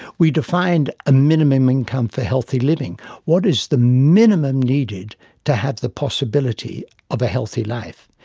we defined a minimum income for healthy living what is the minimum needed to have the possibility of a healthy life.